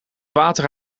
water